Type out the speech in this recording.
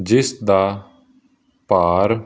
ਜਿਸ ਦਾ ਭਾਰ